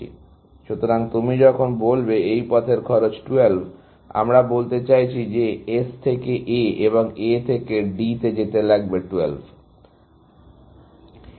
সুতরাং তুমি যখন বলবে এই পথের খরচ 12 আমরা বলতে চাইছি যে S থেকে A এবং A থেকে D তে যেতে লাগবে 12